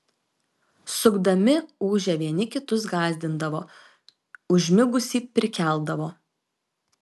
sukdami ūžę vieni kitus gąsdindavo užmigusį prikeldavo